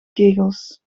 kegels